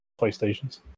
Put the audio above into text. playstations